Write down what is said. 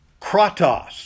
Kratos